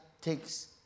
takes